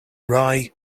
rye